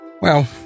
Well